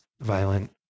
violent